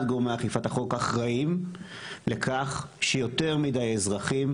גורמי אכיפת החוק אחראיים לכך שיותר מידי אזרחים,